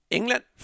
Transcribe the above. England